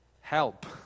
help